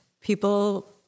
people